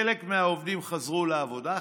חלק מהעובדים חזרו לעבודה,